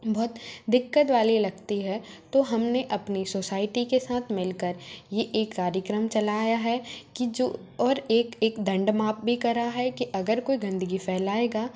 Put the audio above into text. बहुत दिक्कत वाली लगती है तो हम ने अपनी सोसाइटी के साथ मिल कर ये एक कार्यक्रम चलाया है कि जो और एक एक दण्डमाप भी करा है कि अगर कोई गंदगी फैलाएगा